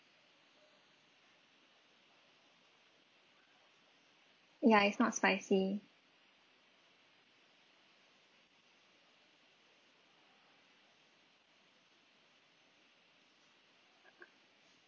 ya it's not spicy